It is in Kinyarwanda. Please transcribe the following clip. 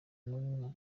n’umwe